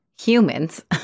humans